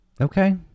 okay